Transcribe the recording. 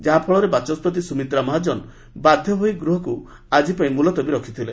ଯାହାଫଳରେ ବାଚସ୍କତି ସୁମିତ୍ରା ମହାଜନ ବାଧ୍ୟ ହୋଇ ଗୃହକୁ ଆକି ପାଇଁ ମୁଲତବୀ ରଖିଥିଲେ